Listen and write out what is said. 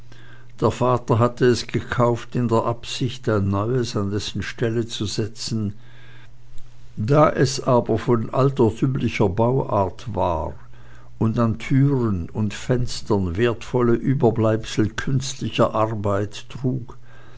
der vater hatte es gekauft in der absicht ein neues an dessen stelle zu setzen da es aber von altertümlicher bauart war und an türen und fenstern wertvolle überbleibsel künstlicher arbeit trug